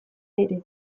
ere